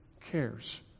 cares